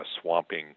swamping